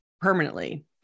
permanently